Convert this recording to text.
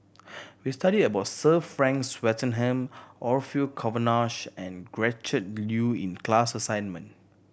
we studied about Sir Frank Swettenham Orfeur Cavenagh and Gretchen Liu in class assignment